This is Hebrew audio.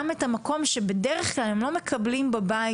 מאפשרים את המקום שבדרך כלל הם לא מקבלים בבית,